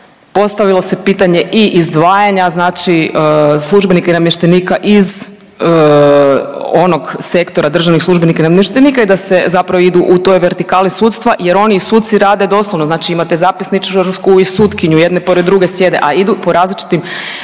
Postavilo se pitanje i izdvajanja službenika i namještenika iz onog sektora državnih službenika i namještenika i da se zapravo ide u toj vertikali sudstva jer oni i suci rade doslovno, znači imate zapisničarku i sutkinju jedne pored druge sjede, a idu po različitim